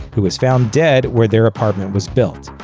who was found dead where their apartment was built.